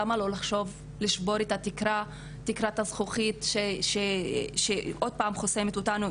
למה לא לחשוב לשבור את תקרת הזכוכית שעוד פעם חוסמת אותנו,